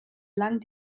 lung